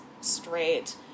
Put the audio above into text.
straight